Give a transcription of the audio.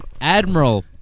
Admiral